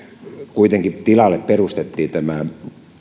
kuitenkin tilalle perustettiin tämä